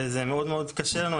וזה קשה לנו מאוד.